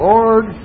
Lord